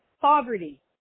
Poverty